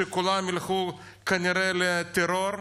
שכולם ילכו כנראה לטרור.